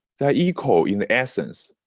they are equal in essence,